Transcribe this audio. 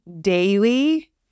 daily